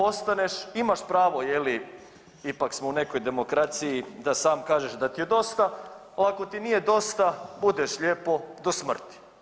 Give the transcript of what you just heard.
Imaš pravo je li ipak smo u nekoj demokraciji da sam kažeš da ti je dosta, ali kako ti nije dosta budeš lijepo do smrti.